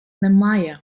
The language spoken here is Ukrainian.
немає